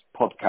podcast